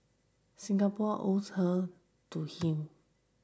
Singapore owes her to him